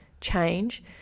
change